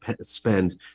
spend